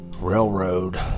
railroad